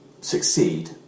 succeed